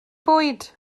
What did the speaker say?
bwyd